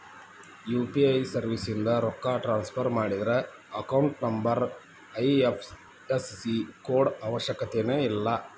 UPI ಸರ್ವಿಸ್ಯಿಂದ ರೊಕ್ಕ transfer ಮಾಡಿದ್ರ ಅಕೌಂಟ್ ನಂಬರ್ ಐ.ಎಫ್.ಎಸ್.ಸಿ ಕೋಡ್ ಅವಶ್ಯಕತೆನ ಇಲ್ಲ